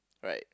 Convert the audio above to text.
right